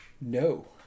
no